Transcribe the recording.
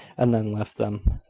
and then left them.